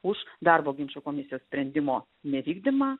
už darbo ginčų komisijos sprendimo nevykdymą